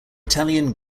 italian